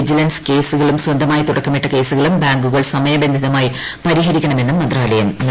vigilance കേസുകളും സ്വന്തമായി തുടക്കമിട്ട കേസുകളും ബാങ്കുകൾ സമയബന്ധിതമായി പരിഹരിക്കണമെന്നും മന്ത്രാലയം നിർദ്ദേശിച്ചു